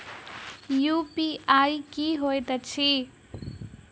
UPI की होइत अछि